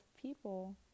people